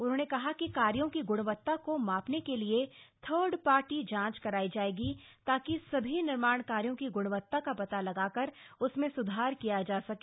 उन्होंने कहा कि कार्यो की ग्णवत्ता को मापने के लिए थर्ड पार्टी जांच कराई जाएगी ताकि सभी निर्माण कार्यों की ग्णवत्ता का पता लगाकर उसमें स्धार किया जा सके